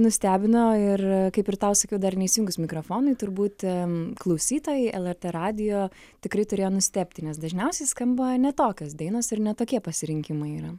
nustebino ir kaip ir tau sakiau dar neįsijungus mikrofonui turbūt klausytojai lrt radijo tikrai turėjo nustebt nes dažniausiai skamba ne tokios dainos ir ne tokie pasirinkimai yra